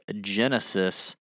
Genesis